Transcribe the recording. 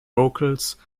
vocals